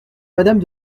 madame